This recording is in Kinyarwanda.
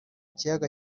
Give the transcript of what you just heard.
kiyaga